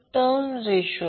या दोन स्थितीत असू शकते